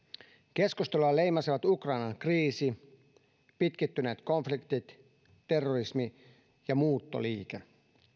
keskustelua leimasivat ukrainan kriisi pitkittyneet konfliktit terrorismi ja muuttoliike